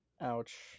Ouch